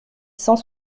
cent